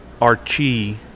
Archie